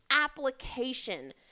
application